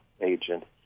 agent